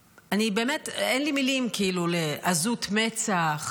באמת, אין לי מילים, כאילו, עזות מצח,